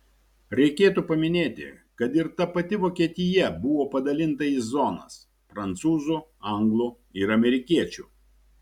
reikėtų paminėti kad ir ta pati vokietija buvo padalinta į zonas prancūzų anglų ir amerikiečių